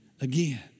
again